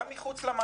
גם מחוץ למתי"א.